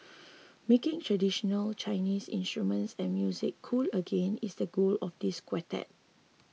making traditional Chinese instruments and music cool again is the goal of this quartet